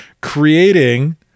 Creating